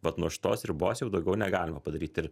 vat nuo šitos ribos jau daugiau negalima padaryt ir